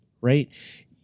right